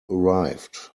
arrived